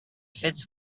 fits